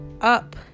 up